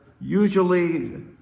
usually